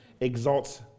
exalts